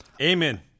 Amen